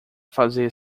fazer